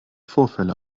vorfälle